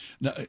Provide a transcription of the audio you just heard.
now